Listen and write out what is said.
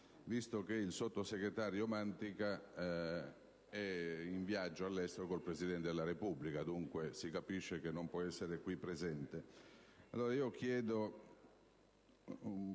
momento che il sottosegretario Mantica si trova in viaggio all'estero con il Presidente della Repubblica: dunque, si capisce che non può essere qui presente.